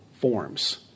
forms